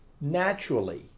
naturally